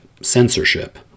censorship